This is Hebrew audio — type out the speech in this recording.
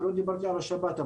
ולא דיברתי על השבת,